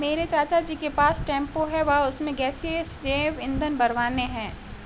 मेरे चाचा जी के पास टेंपो है वह उसमें गैसीय जैव ईंधन भरवाने हैं